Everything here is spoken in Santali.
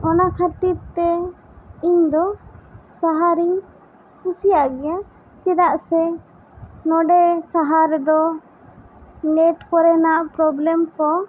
ᱚᱱᱟ ᱠᱷᱟᱹᱛᱤᱨ ᱛᱮ ᱤᱧ ᱫᱚ ᱥᱟᱦᱟᱨ ᱤᱧ ᱠᱩᱥᱤᱭᱟᱜ ᱜᱮᱭᱟ ᱪᱮᱫᱟᱜ ᱥᱮ ᱱᱚᱰᱮ ᱥᱟᱦᱟᱨ ᱨᱮᱫᱚ ᱱᱮᱴ ᱠᱚᱨᱮᱱᱟᱜ ᱯᱨᱚᱵᱞᱮᱢ ᱠᱚ